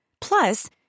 Plus